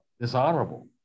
dishonorable